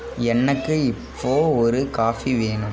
எனக்கு இப்போது ஒரு காஃபி வேணும்